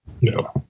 No